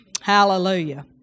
Hallelujah